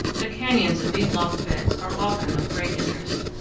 the canyons in these lava beds are often of great interest.